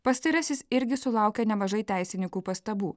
pastarasis irgi sulaukia nemažai teisininkų pastabų